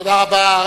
תודה רבה.